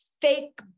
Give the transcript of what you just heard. fake